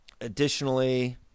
Additionally